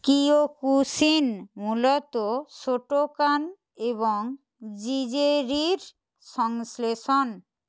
Kyokushin মূলত Shotokan এবং জিজেরির সংশ্লেষণ